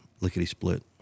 lickety-split